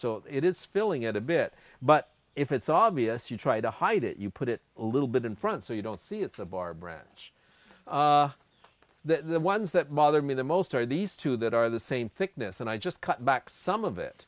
so it is filling it a bit but if it's obvious you try to hide it you put it a little bit in front so you don't see it's a bar branch the ones that bother me the most are these two that are the same thickness and i just cut back some of it